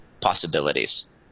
possibilities